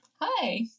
Hi